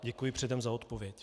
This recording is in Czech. Děkuji předem za odpověď.